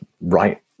right